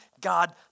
God